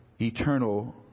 eternal